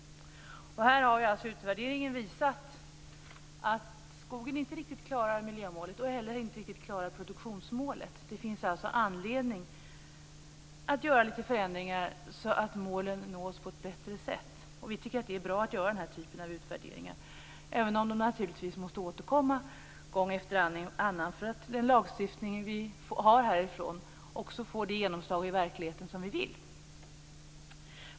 Utvärderingen har visat att skogen inte riktigt klarar miljömålet och inte heller produktionsmålet. Det finns alltså anledning att göra lite förändringar så att målen nås på ett bättre sätt. Vi tycker att det är bra att göra denna typ av utvärderingar, även om de naturligtvis måste återkomma gång efter annan för att den lagstiftning som vi har också får det genomslag i verkligheten som vi vill.